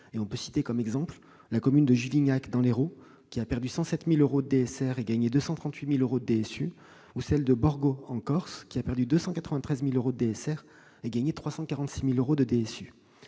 : on peut citer, par exemple, la commune de Juvignac, dans l'Hérault, qui a perdu 107 000 euros de DSR et gagné 238 000 euros de DSU, ou encore celle de Borgo, en Corse, qui a perdu 293 000 euros de DSR et gagné 346 000 euros de DSU.